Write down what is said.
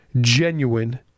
genuine